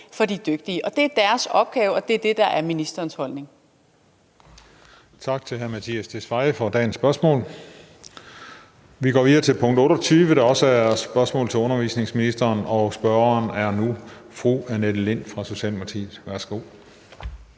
for de dygtige, og det er deres opgave. Og det er det, der er ministerens holdning.